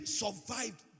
survived